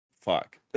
Fuck